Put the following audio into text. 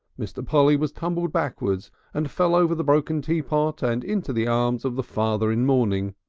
mr. polly was tumbled backwards and fell over the broken teapot and into the arms of the father in mourning.